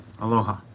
aloha